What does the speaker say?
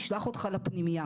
נשלח אותך לפנימייה.